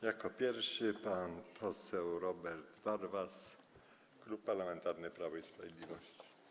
Jako pierwszy pan poseł Robert Warwas, Klub Parlamentarny Prawo i Sprawiedliwość.